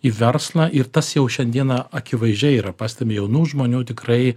į verslą ir tas jau šiandieną akivaizdžiai yra pastebi jaunų žmonių tikrai